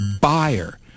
buyer